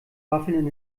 waffeln